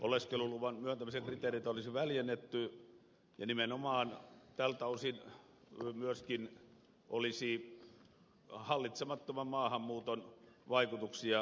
oleskeluluvan myöntämisen kriteereitä olisi väljennetty ja nimenomaan tältä osin myöskin olisi hallitsemattoman maahanmuuton vaikutuksia kasvatettu